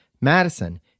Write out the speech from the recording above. Madison